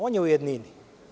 On je u jednini.